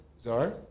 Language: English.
czar